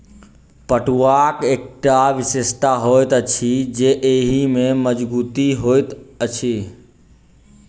पटुआक एकटा विशेषता होइत अछि जे एहि मे मजगुती होइत अछि